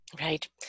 Right